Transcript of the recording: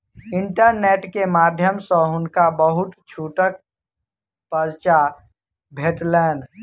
internet के माध्यम सॅ हुनका बहुत छूटक पर्चा भेटलैन